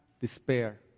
despair